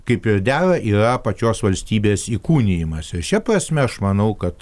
kaip ir dera yra pačios valstybės įkūnijimas ir šia prasme aš manau kad